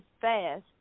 fast